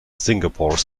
singapore